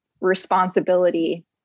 responsibility